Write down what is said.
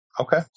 Okay